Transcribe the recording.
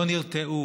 לא נרתעו